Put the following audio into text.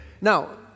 Now